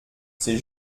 c’est